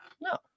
no